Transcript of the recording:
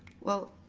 well,